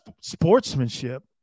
sportsmanship